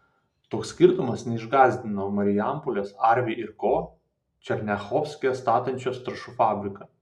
toks skirtumas neišgąsdino marijampolės arvi ir ko černiachovske statančios trąšų fabriką